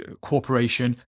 corporation